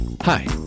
Hi